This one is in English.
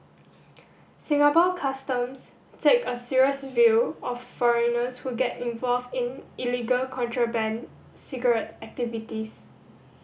Singapore Customs takes a serious view of foreigners who get involved in illegal contraband cigarette activities